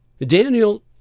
daniel